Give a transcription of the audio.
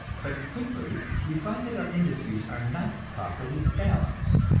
but quickly we find that our industries are not properly balanced.